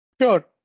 Sure